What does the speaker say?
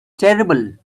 terrible